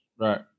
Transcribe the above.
Right